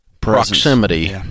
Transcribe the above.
proximity